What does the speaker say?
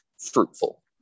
fruitful